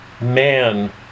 man